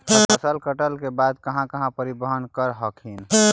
फसल कटल के बाद कहा कहा परिबहन कर हखिन?